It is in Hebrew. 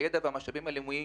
הידע והמשאבים הלאומיים